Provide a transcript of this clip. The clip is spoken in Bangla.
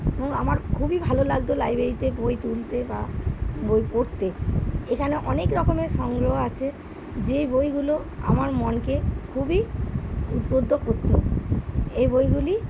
এবং আমার খুবই ভালো লাগত লাইব্রেরিতে বই তুলতে বা বই পড়তে এখানে অনেক রকমের সংগ্রহ আছে যে বইগুলো আমার মনকে খুবই উদ্বুদ্ধ করত এই বইগুলি